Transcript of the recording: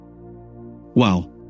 Wow